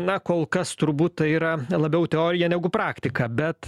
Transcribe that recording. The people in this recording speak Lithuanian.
na kol kas turbūt tai yra labiau teorija negu praktika bet